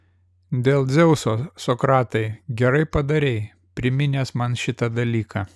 dėl dzeuso sokratai gerai padarei priminęs man šitą dalyką